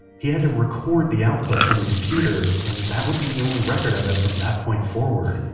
he had to record the output from the computer and that would be the only record of it from that point forward.